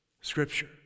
scripture